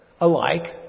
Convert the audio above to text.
Alike